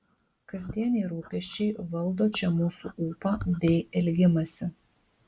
kasdieniniai rūpesčiai valdo čia mūsų ūpą bei elgimąsi